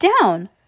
Down